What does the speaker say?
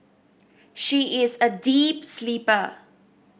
she is a deep sleeper